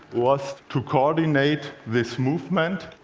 was to coordinate this movement.